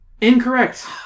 Incorrect